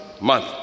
month